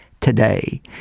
today